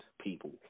people